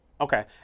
Okay